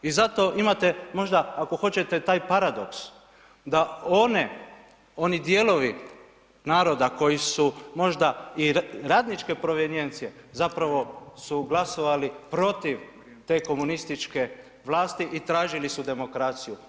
I zato imate, možda, ako hoćete, taj paradoks, da one, oni dijelovi naroda koji su možda i radničke provenijencije zapravo su glasovali protiv te komunističke vlasti i tražili su demokraciju.